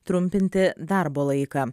trumpinti darbo laiką